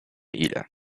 ile